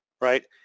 Right